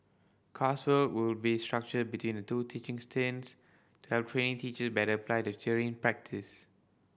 coursework will be structured between the two teaching stints to help trainee teacher better apply to theory in practice